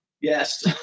Yes